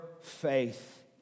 faith